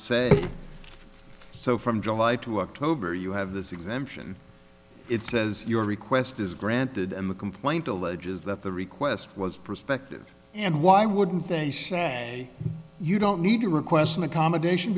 say so from july to october you have this exemption it says your request is granted and the complaint alleges that the request was prospective and why wouldn't they say you don't need to request an accommodation